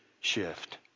shift